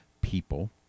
people